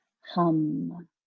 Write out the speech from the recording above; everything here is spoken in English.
hum